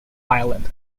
violent